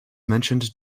mentioned